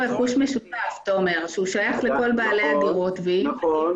הוא שייך לכל בעלי הדירות- -- לא,